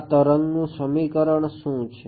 આવા તરંગનું સમીકરણ શું છે